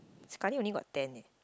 sekali only got ten leh